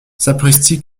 sapristi